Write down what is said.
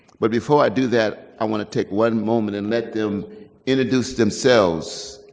but before i do that, i want to take one moment and let them introduce themselves,